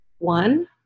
one